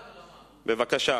בעד,